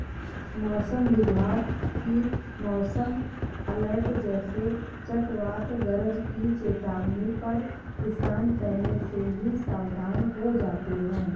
मौसम विभाग की मौसम अलर्ट जैसे चक्रवात गरज की चेतावनी पर किसान पहले से ही सावधान हो जाते हैं